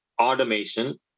automation